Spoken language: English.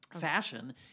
fashion